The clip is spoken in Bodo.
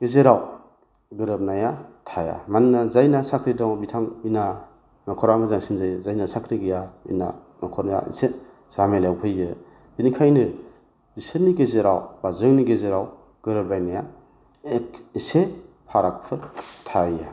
गेजेराव गोरोबनाया थाया मानोना जायना साख्रि दङ बिथांमोनना नखरा मोजांसिन जायो जायना साख्रि गैया बिना नखरा इसे जाहामेलायाव फैयो बेनिखायनो बिसोरनि गेजेराव बा जोंनि गेजेराव गोरोबलायनाया एक एसे फारागफोर थायो